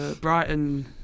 Brighton